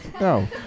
No